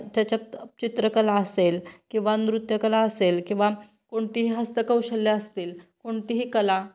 त्याच्यात चित्रकला असेल किंवा नृत्यकला असेल किंवा कोणतीही हस्तकौशल्यं असतील कोणतीही कला